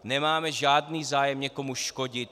Nemáme žádný zájem někomu škodit.